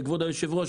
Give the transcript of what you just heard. כבוד היושב-ראש,